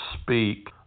speak